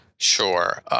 Sure